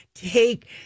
take